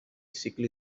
sickly